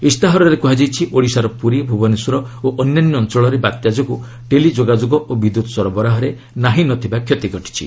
ଇସ୍ତାହାରରେ କୁହାଯାଇଛି ଓଡ଼ିଶାର ପୁରୀ ଭୁବନେଶ୍ୱର ଓ ଅନ୍ୟାନ୍ୟ ଅଞ୍ଚଳରେ ବାତ୍ୟା ଯୋଗୁଁ ଟେଲି ଯୋଗାଯୋଗ ଓ ବିଦ୍ୟୁତ୍ ସରବରାହରେ ନାହିଁନଥିବା କ୍ଷତି ଘଟିଛି